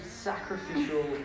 sacrificial